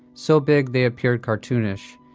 so big they appeared cartoonish.